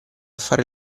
fare